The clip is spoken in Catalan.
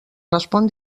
respon